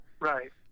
Right